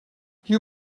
you